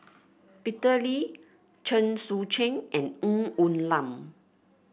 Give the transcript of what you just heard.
Peter Lee Chen Sucheng and Ng Woon Lam